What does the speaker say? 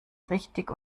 richtig